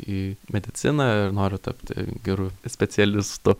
į mediciną ir noriu tapti geru specialistu